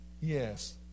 Yes